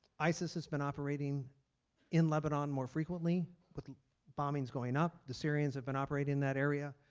isis has been operating in lebanon more frequently with bombings going up. the syrians have been operating in that area.